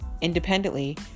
independently